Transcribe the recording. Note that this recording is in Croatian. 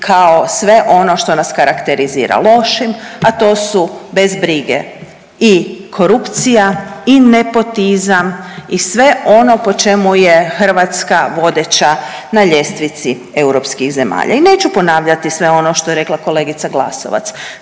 kao sve ono što nas karakterizira lošim, a to su bez brige i korupcija i nepotizam i sve ono po čemu je Hrvatska vodeća na ljestvici europskih zemalja. I neću ponavljati sve ono što je rekla kolegica Glasovac,